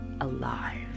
alive